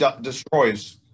destroys